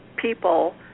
People